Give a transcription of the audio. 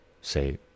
say